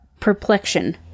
perplexion